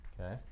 Okay